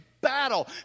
battle